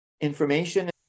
information